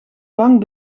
bank